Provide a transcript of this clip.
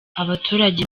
abaturage